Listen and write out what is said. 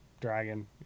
dragon